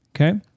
okay